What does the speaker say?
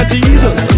Jesus